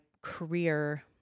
career